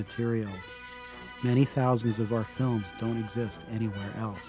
material many thousands of ourselves don't exist anywhere else